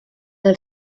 del